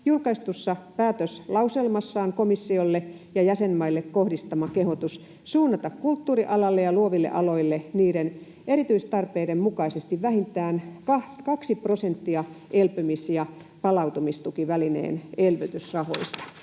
julkaisemassa päätöslauselmassa komissiolle ja jäsenmaille kohdistama kehotus suunnata kulttuurialalle ja luoville aloille niiden erityistarpeiden mukaisesti vähintään 2 prosenttia elpymis‑ ja palautumistukivälineen elvytysrahoista.”